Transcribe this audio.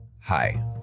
Hi